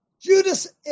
Judas